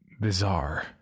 Bizarre